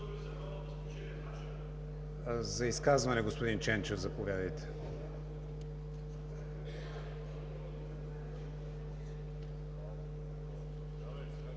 За изказване, господин Ченчев, заповядайте.